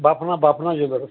Bapna Bapna jeweller